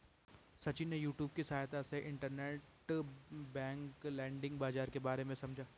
सचिन ने यूट्यूब की सहायता से इंटरबैंक लैंडिंग बाजार के बारे में समझा